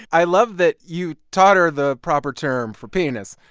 i love that you taught her the proper term for penis.